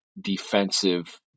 defensive